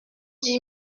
dix